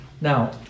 Now